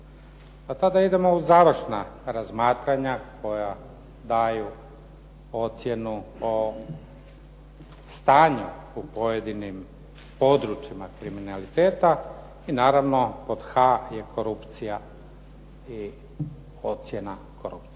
Tada idemo u završna razmatranja koja daju ocjenu o stanju u pojedinim područjima kriminaliteta i naravno pod h) je korupcija i ocjena korupcije.